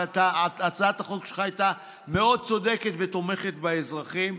והצעת החוק שלך הייתה מאוד צודקת ותומכת באזרחים,